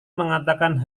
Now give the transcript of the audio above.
mengatakan